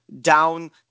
down